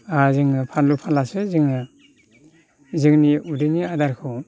जोङो फानलु फानलासो जोङो जोंनि उदैनि आदारखौ